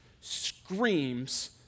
screams